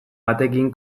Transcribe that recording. batekin